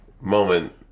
moment